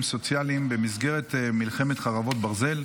סוציאליים במסגרת מלחמת חרבות ברזל.